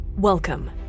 Welcome